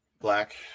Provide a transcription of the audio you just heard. Black